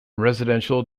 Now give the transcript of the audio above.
residential